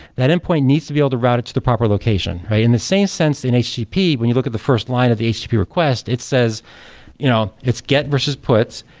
that endpoint needs to be able to route it to the proper location, right? in the same sense in http, when you look at the first line of the http request, it says you know it's get versus put,